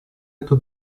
эту